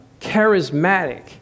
charismatic